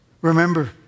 Remember